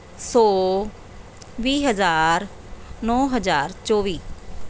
ਸੌ ਵੀਹ ਹਜ਼ਾਰ ਨੌ ਹਜ਼ਾਰ ਚੌਵੀ